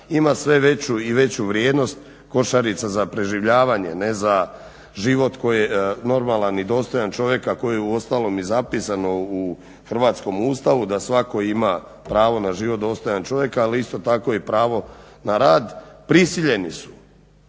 ima sve veću i veću vrijednost košarica za preživljavanje, ne za život normalan i dostojan čovjeka kako je uostalom i zapisano u hrvatskom Ustavu da svatko ima pravo na život dostojan čovjeka, ali isto tako i pravo na rad, prisiljeni su